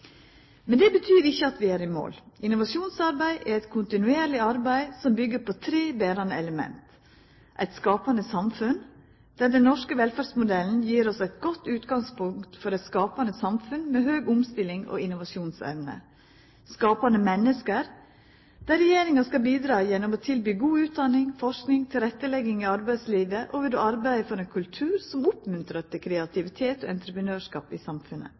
Det betyr ikkje at vi er i mål. Innovasjonsarbeid er eit kontinuerleg arbeid som byggjer på tre berande element: eit skapande samfunn der den norske velferdsmodellen gir oss eit godt utgangspunkt for eit skapande samfunn med høg omstillings- og innovasjonsevne skapande menneske der regjeringa skal bidra gjennom å tilby god utdanning, forsking, tilrettelegging i arbeidslivet og ved å arbeida for ein kultur som oppmuntrar til kreativitet og entreprenørskap